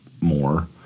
more